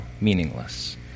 meaningless